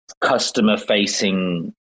customer-facing